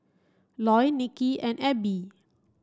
Loy Niki and Ebbie